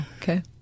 okay